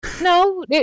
No